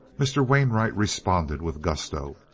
mr. wainwright responded with gusto.